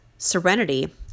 serenity